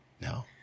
No